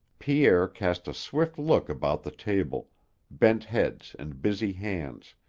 pierre cast a swift look about the table bent heads and busy hands,